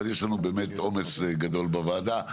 אבל יש לנו באמת עומס גדול בוועדה.